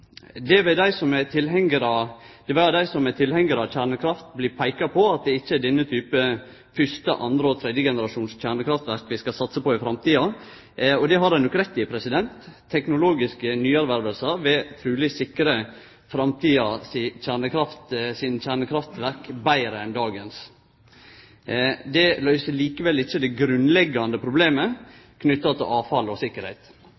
kjernekraft, vil peike på at det ikkje er denne typen fyrste-, andre- og tredjegenerasjons kjernekraftverk vi skal satse på i framtida, og det har dei nok rett i. Teknologiske nyvinningar vil truleg sikre framtidige kjernekraftverk betre enn dagens. Det løyser likevel ikkje det grunnleggjande problemet knytt til avfall og sikkerheit.